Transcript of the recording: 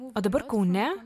o dabar kaune